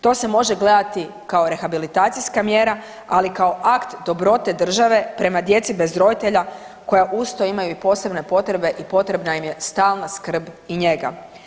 To se može gledati kao rehabilitacijska mjera, ali kao akt dobrote države prema djeci bez roditelja, koja uz to imaju i posebne potrebe i potrebna im je stalna skrb i njega.